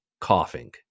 coughing